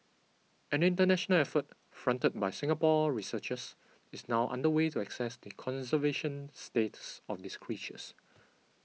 an international effort fronted by Singapore researchers is now under way to assess the conservation status of these creatures